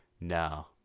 No